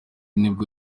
nibwo